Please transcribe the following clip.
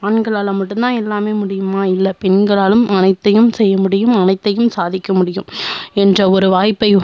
ஆண்களால் மட்டும் தான் எல்லாமே முடியுமா இல்லை பெண்களாலும் அனைத்தையும் செய்ய முடியும் அனைத்தையும் சாதிக்க முடியும் என்ற ஒரு வாய்ப்பை